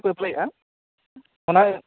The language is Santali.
ᱮᱯᱞᱟᱭᱮᱜᱼᱟ ᱚᱱᱟ